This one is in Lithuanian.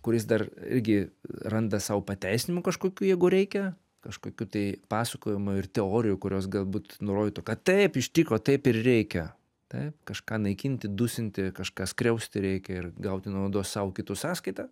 kuris dar irgi randa sau pateisinimų kažkokių jeigu reikia kažkokių tai pasakojimų ir teorijų kurios galbūt nurodytų kad taip iš tikro taip ir reikia taip kažką naikinti dusinti kažką skriausti reikia ir gauti naudos sau kitų sąskaita